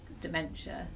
dementia